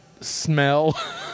smell